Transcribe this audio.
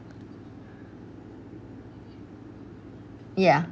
ya